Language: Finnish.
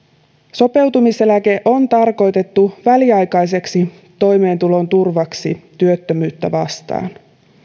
sopeutumiseläke on tarkoitettu väliaikaiseksi toimeentulon turvaksi työttömyyttä vastaan